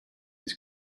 his